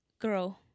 grow